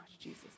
Jesus